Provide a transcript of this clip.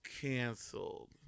canceled